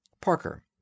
Parker